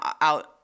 out